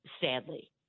Sadly